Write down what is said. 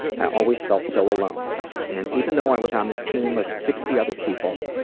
always felt so alone and even though i was on this team of sixty other people,